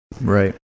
Right